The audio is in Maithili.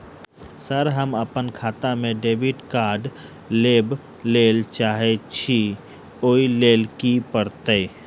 सर हम अप्पन खाता मे डेबिट कार्ड लेबलेल चाहे छी ओई लेल की परतै?